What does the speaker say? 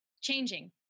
changing